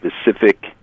specific